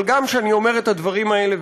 אבל גם כשאני אומר את הדברים האלה,